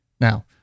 Now